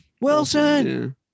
Wilson